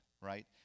right